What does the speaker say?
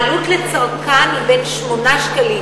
העלות לצרכן היא בין 8 שקלים,